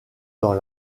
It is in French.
dans